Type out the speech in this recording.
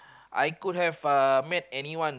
I could have uh met anyone